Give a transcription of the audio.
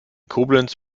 koblenz